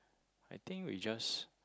I think we just